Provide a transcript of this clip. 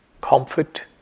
comfort